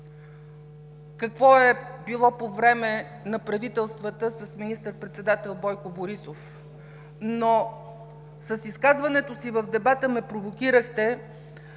какво е било по време на правителствата с министър-председател Бойко Борисов, но с изказването си в дебата ме провокирахте